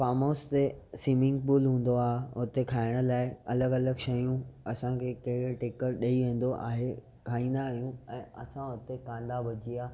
farm house ते swimming pool हूंदो आहे उते खाइण लाइ अलॻि अलॻि शयूं असांखे केयर टेकर ॾेई वेंदो आहे खाईंदा आहियूं ऐं असां हुते कांधा भजिया